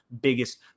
biggest